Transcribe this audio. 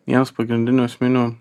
vienas pagrindinių esminių